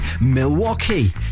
Milwaukee